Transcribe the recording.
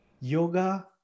Yoga